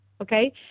okay